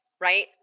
right